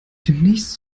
demnächst